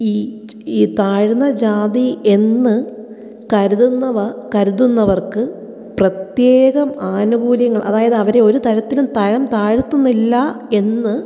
ഈ ച് ഈ താഴ്ന്ന ജാതി എന്ന് കരുതുന്നവ കരുതുന്നവർക്ക് പ്രത്യേകം ആനുകൂല്യങ്ങൾ അതായത് അവരെ ഒരു തരത്തിലും തരം താഴ്ത്തുന്നില്ല എന്ന്